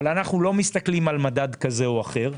אבל אנחנו לא מסתכלים על מדד כזה או אחר,